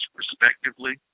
respectively